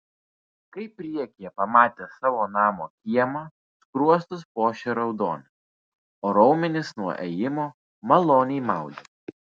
kai priekyje pamatė savo namo kiemą skruostus puošė raudonis o raumenis nuo ėjimo maloniai maudė